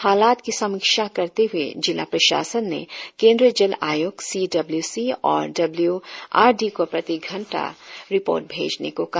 हालात की समीक्षा करते हए जिला प्रशासन ने केंद्रीय जल आयोग सी डब्ल् सी और डब्ल् आर डी को प्रति घंटा रिपोर्ट भेजने को कहा